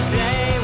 day